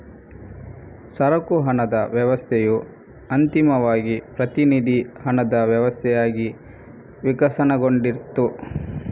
ಸರಕು ಹಣದ ವ್ಯವಸ್ಥೆಯು ಅಂತಿಮವಾಗಿ ಪ್ರತಿನಿಧಿ ಹಣದ ವ್ಯವಸ್ಥೆಯಾಗಿ ವಿಕಸನಗೊಂಡಿತು